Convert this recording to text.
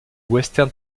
western